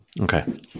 okay